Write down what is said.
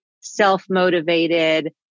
self-motivated